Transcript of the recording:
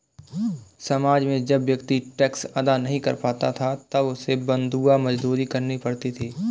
समाज में जब व्यक्ति टैक्स अदा नहीं कर पाता था तब उसे बंधुआ मजदूरी करनी पड़ती थी